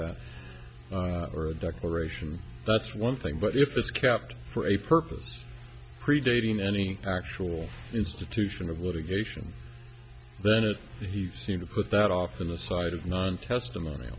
or a declaration that's one thing but if it's kept for a purpose predating any actual institution of litigation then it he seemed to put that off on the side of non testimon